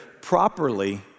properly